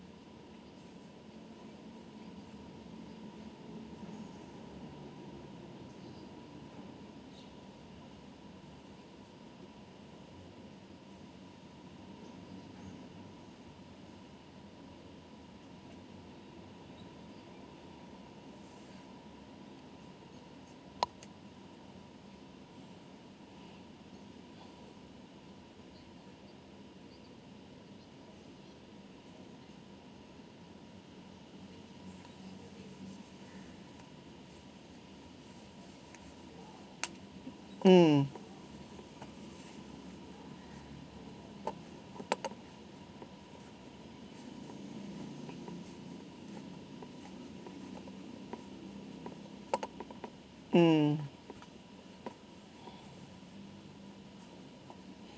mm mm